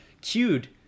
cued